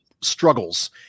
struggles